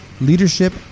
leadership